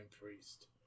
Priest